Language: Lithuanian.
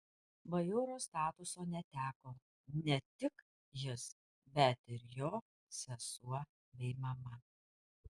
bajoro statuso neteko ne tik jis bet ir jo sesuo bei mama